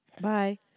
Bye